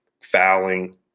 fouling